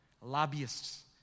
lobbyists